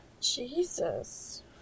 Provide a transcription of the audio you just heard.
Jesus